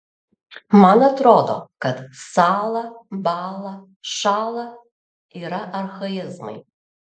man atrodo kad sąla bąla šąla yra archaizmai